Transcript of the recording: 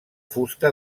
fusta